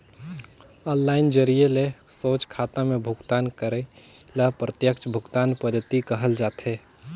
online जरिए ले सोझ खाता में भुगतान करई ल प्रत्यक्छ भुगतान पद्धति कहल जाथे